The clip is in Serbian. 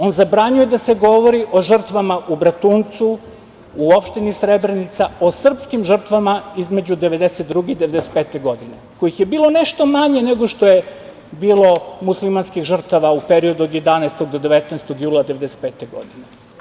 On zabranjuje da se govori o žrtvama u Bratuncu, u opštini Srebrenica, o srpskim žrtvama između 1992. i 1995. godine kojih je bilo nešto manje nego što je bilo muslimanskih žrtava u periodu od 11. do 19. jula 1995. godine.